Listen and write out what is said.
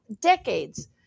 decades